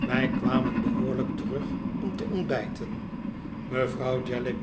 wij kwamen behoorlijk terug om te ontbijten mevrouw